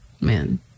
Man